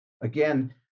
Again